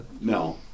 no